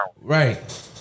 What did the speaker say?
Right